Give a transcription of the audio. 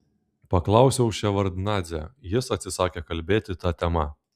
paklausiau ševardnadzę jis atsisakė kalbėti ta tema